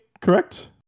correct